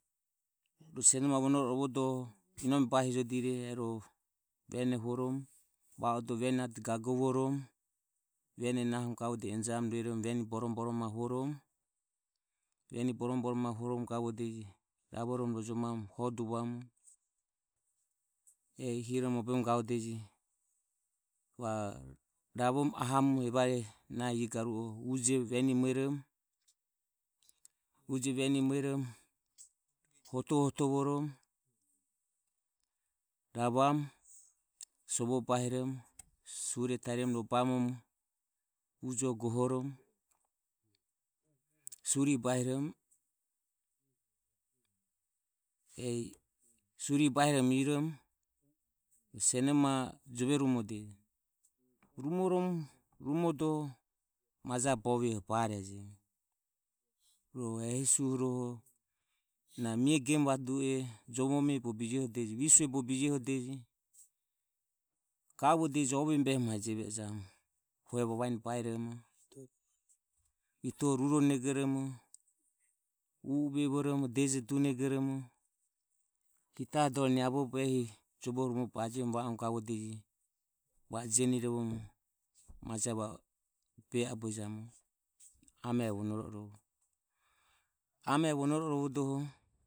Rohu sionomaho rovodoho inome bahijodire ro vene huoromo va odoho veni ade gagovoromo veni nahoromo gavodeje enijamu rueromo veni boromo boromo mae huoromo gavodeje. Ravoromo rojomo hoduvamu ehi hiromo moberomo gavodeje va o ravoromo ahamu nahi ie garuho uje veni re mueromo hoto hoto voromo ravamu sovo bahiromo sure tarioromo ujoho gohoromo suri bahiromo ehi suri bahiromo i romo sionomaho jove rumodeje rumoromo rumodoho majae boviho barejo ro e hesi uhuroho na mie gemu vadu e bogo na jovo mie gemu vadu e bogo visue bogo bijohodeje. Gavodeje ovemu behe mae jeve ejamu hue vavani baeromo vituoho ruronegoromo deje dunegoromo rueroho hita dore niavobe jovoho rumobe rojomodoho gavodeje va o jeni romamugo majae va o be abuejamu amoro vonoro oromo rovodeje. Amero vonoro o rovodoho.